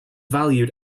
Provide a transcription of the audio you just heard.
valued